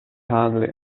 hardly